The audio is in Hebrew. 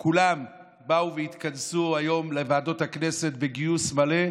כולם באו והתכנסו היום בוועדות הכנסת, בגיוס מלא,